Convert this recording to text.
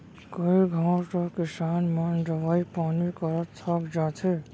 कई घंव तो किसान मन दवई पानी करत थक जाथें